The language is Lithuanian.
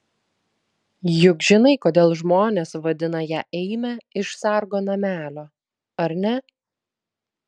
juk žinai kodėl žmonės vadina ją eime iš sargo namelio ar ne